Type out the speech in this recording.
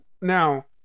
Now